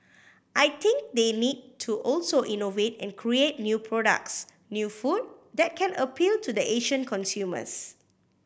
I think they need to also innovate and create new products new food that can appeal to the Asian consumers